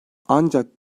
ancak